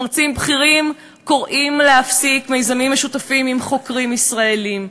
מרצים בכירים קוראים להפסיק מיזמים משותפים עם חוקרים ישראלים,